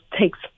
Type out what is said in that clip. takes